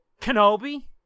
Kenobi